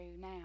now